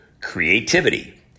Creativity